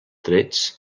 trets